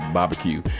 Barbecue